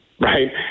Right